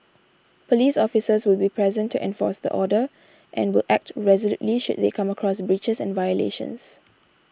police officers will be present to enforce the order and will act resolutely should they come across breaches and violations